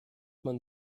man